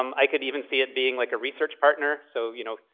um i could even see it being, like, a research partner. so you know,